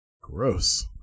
Gross